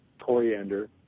coriander